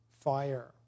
fire